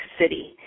City